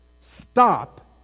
Stop